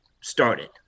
started